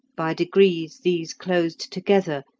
by degrees these closed together,